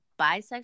bisexual